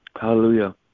Hallelujah